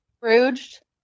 Scrooged